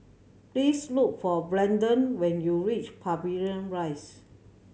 please look for Brandon when you reach Pavilion Rise